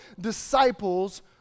disciples